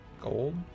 gold